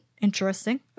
Interesting